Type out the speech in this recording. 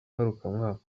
ngarukamwaka